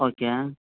okay